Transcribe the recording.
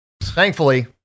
thankfully